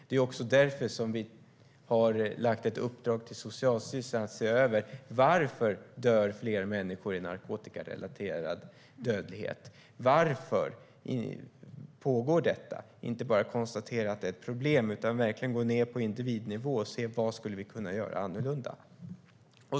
Det är också därför vi har gett i uppdrag till Socialstyrelsen att se över varför den narkotikarelaterade dödligheten ökar - inte bara konstatera att det är ett problem utan verkligen gå ned på individnivå och se vad vi skulle kunna göra annorlunda.